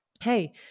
hey